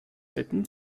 bitten